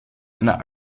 einer